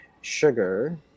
sugar